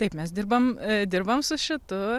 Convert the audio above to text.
taip mes dirbam dirbam su šitu